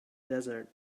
desert